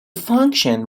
function